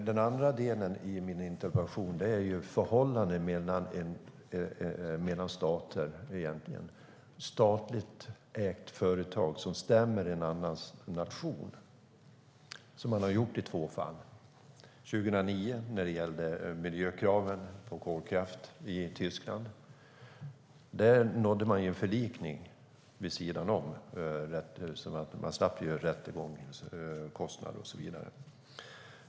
Den andra delen i min interpellation gäller förhållandet mellan stater. Här är det ett statligt ägt företag som stämmer en annan nation. Det har man gjort i två fall. Det gjordes 2009 när det gäller miljökraven på kolkraft i Tyskland. Där nådde man en förlikning vid sidan om och slapp rättegångskostnader och så vidare.